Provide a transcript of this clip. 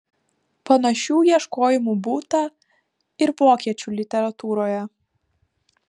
panašių ieškojimų būta ir vokiečių literatūroje